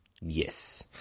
Yes